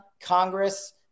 Congress